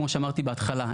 כמו שאמרתי בהתחלה.